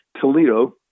Toledo